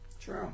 True